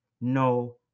no